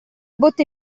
botte